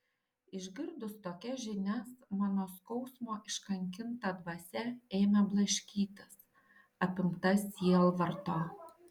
išgirdus tokias žinias mano skausmo iškankinta dvasia ėmė blaškytis apimta sielvarto